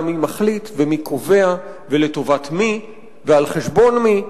מי מחליט ומי קובע ולטובת מי ועל חשבון מי,